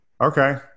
okay